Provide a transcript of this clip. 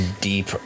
deep